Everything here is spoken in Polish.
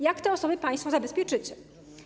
Jak te osoby państwo zabezpieczycie?